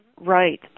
right